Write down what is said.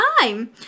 time